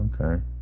Okay